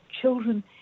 children